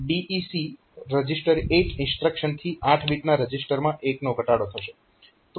તો DEC reg8 ઇન્સ્ટ્રક્શનથી 8 બીટના રજીસ્ટરમાં 1 નો ધટાડો થશે